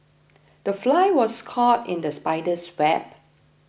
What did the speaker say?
the fly was caught in the spider's web